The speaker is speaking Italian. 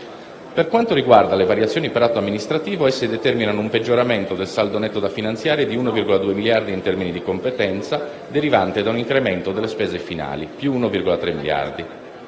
Per quanto riguarda le variazioni per atto amministrativo, esse determinano un peggioramento del saldo netto da finanziare di 1,2 miliardi in termini di competenza, derivante da un incremento delle spese finali (più 1,3 miliardi).